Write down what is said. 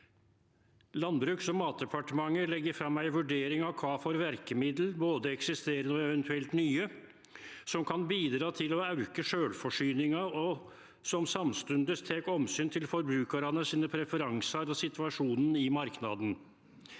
Landbruks- og matdepartementet legg fram ei vurdering av kva for verkemiddel – både eksisterande og eventuelle nye – som kan bidra til å auke sjølvforsyninga, og som samstundes tek omsyn til forbrukarane sine preferansar og situasjonen i marknaden